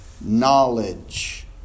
knowledge